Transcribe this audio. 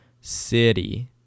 city